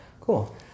cool